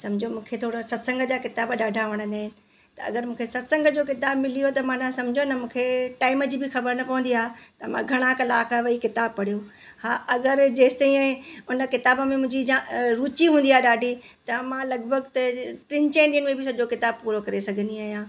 सम्झो मूंखे थोरो सत्संग जा किताब ॾाढा वणंदा आहिनि त अगरि मूंखे सत्संग जो किताब मिली वियो त माना सम्झो न मूंखे टाइम जी बि ख़बर न पवंदी आहे त मां घणा कलाक वेही किताब पढ़ियो हा अगरि जेसिताईं उन किताब में मुंहिंजी जां रुचि हूंदी आहे ॾाढी त मां लॻभॻि टिनि चइनि ॾींहंनि में बि सॼो किताब पूरो करे सघंदी आहियां